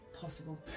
possible